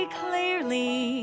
clearly